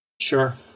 sure